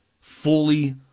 fully